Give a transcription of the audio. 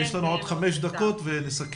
יש לנו עוד חמש דקות ונסכם.